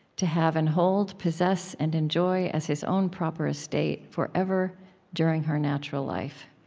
to have and hold, possess and enjoy as his own proper estate forever during her natural life.